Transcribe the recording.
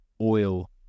oil